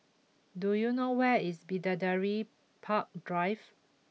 do you know where is Bidadari Park Drive